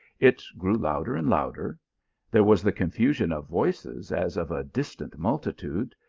it grew louder and louder there was the confusion of voices as of a distant multitude,